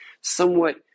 somewhat